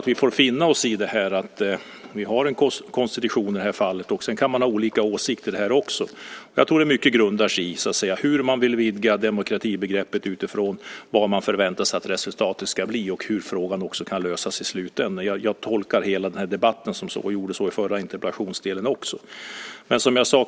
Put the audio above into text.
Vi får finna oss i att vi har en konstitution. Sedan kan vi ha olika åsikter. Mycket grundar sig i hur vi vill vidga demokratibegreppet utifrån vad vi förväntar oss att resultatet ska bli och hur frågan kan lösas i slutändan. Jag tolkar hela debatten så, och jag gjorde det i den förra interpellationsdelen också.